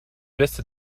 beste